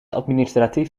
administratief